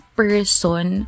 person